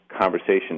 conversation